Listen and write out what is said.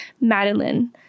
Madeline